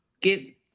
get